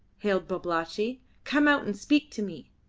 hailed babalatchi. come out and speak to me.